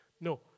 No